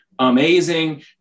amazing